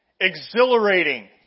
Exhilarating